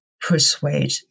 persuade